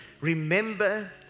remember